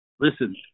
Listen